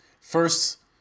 First